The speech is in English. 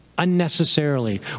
unnecessarily